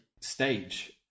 stage